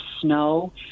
snow